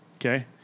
Okay